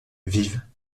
vive